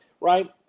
Right